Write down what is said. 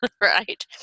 right